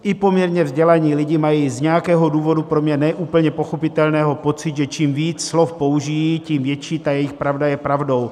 I poměrně vzdělaní lidé mají z nějakého důvodu, pro mě ne úplně pochopitelného, pocit, že čím víc slov použijí, tím větší ta jejich pravda je pravdou.